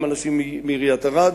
גם אנשים מעיריית ערד,